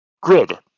Grid